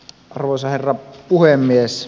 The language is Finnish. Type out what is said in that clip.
arvoisa herra puhemies